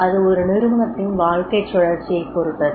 அது ஒரு நிறுவனத்தின் வாழ்க்கைச் சுழற்சியைப் பொறுத்தது